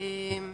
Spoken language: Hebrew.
תודה.